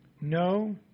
No